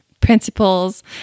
principles